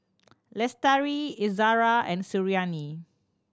Lestari Izara and Suriani